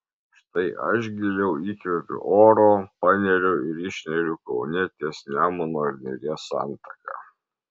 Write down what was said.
štai aš giliau įkvepiu oro paneriu ir išneriu kaune ties nemuno ir neries santaka